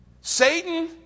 Satan